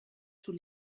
tous